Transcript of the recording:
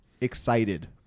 excited